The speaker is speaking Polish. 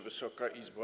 Wysoka Izbo!